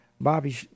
Bobby